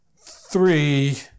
three